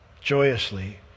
joyously